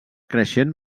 creixent